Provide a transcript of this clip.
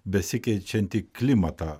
besikeičiantį klimatą